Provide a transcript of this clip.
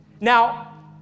Now